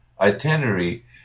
itinerary